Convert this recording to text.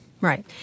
Right